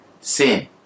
sin